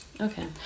Okay